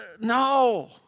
No